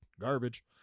garbage